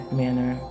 manner